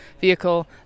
vehicle